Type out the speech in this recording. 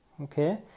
okay